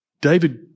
David